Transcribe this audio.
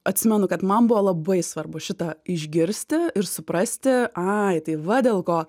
atsimenu kad man buvo labai svarbu šitą išgirsti ir suprasti ai tai va dėl ko